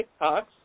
TikToks